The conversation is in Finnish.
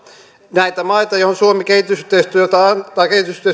näitä maita joihin suomi kehitysyhteistyöapua antaa